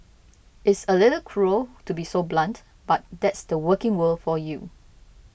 it's a little cruel to be so blunt but that's the working world for you